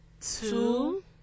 two